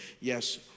yes